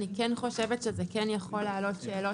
אני כן חושבת שזה כן יכול לעלות שאלות